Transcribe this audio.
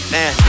Man